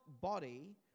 body